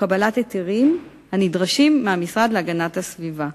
קבלת ההיתרים הנדרשים מהמשרד להגנת הסביבה.